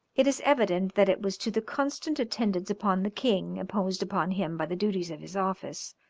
it is evident that it was to the constant attendance upon the king imposed upon him by the duties of his office,